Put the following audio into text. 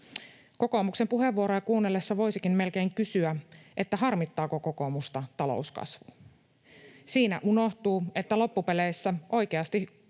Kokoomuksen puheenvuoroja kuunnellessa voisikin melkein kysyä, harmittaako kokoomusta talouskasvu. Siinä unohtuu, kuka loppupeleissä oikeasti